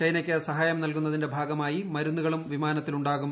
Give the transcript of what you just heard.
ചൈനയ്ക്ക് സഹായം നൽകുന്നതിന്റെ ഭാഗമായി മരുന്നുകളും വിമാനത്തിൽ ഉണ്ട്രുകും